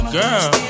girl